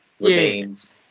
remains